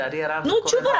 תנו תשובה.